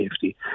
safety